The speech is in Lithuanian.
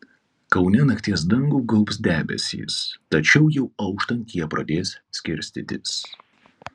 kaune nakties dangų gaubs debesys tačiau jau auštant jie pradės skirstytis